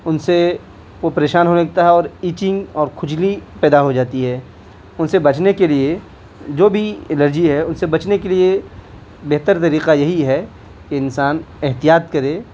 ان سے وہ پریشان ہونے لگتا ہے اور ایچنگ اور کھجلی پیدا ہوجاتی ہے ان سے بچنے کے لیے جو بھی الرجی ہے اس سے بچنے کے لیے بہتر طریقہ یہی ہے کہ انسان احتیاط کرے